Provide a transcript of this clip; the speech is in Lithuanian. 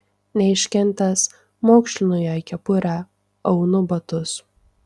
neiškentęs maukšlinu jai kepurę aunu batus